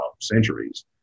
centuries